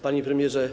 Panie Premierze!